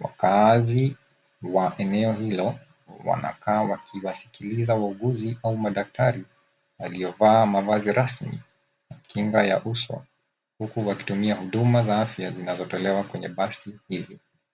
.Wakaazi wa eneo hilo wanakaaa wakiwasikiliza wauguzi au madaktari waliovaa mavazi rasmi na kinga ya uso huku wakitumia huduma za afya zinazotolewa kwenye basi hili.